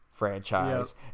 franchise